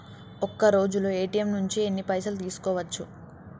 ఒక్కరోజులో ఏ.టి.ఎమ్ నుంచి ఎన్ని పైసలు తీసుకోవచ్చు?